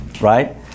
right